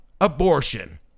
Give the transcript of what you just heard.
abortion